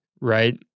Right